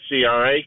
CRA